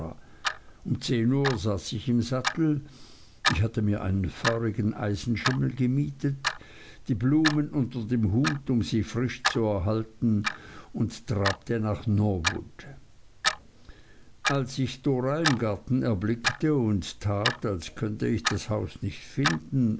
um zehn uhr saß ich im sattel ich hatte mir einen feurigen eisenschimmel gemietet die blumen unter dem hut um sie frisch zu erhalten und trabte nach norwood als ich dora im garten erblickte und tat als könne ich das haus nicht finden